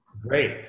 Great